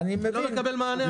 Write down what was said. ואני לא מקבל מענה.